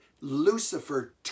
Lucifer